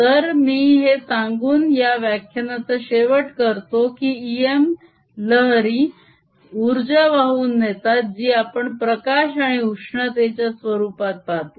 तर मी हे सांगून या व्याख्यानाचा शेवट करतो की इएम लहरी उर्जा वाहून नेतात जी आपण प्रकाश आणि उष्णतेच्या स्वरुपात पाहतो